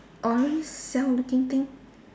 orange cell looking things